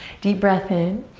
deep breath in.